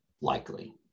likely